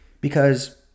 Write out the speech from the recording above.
because-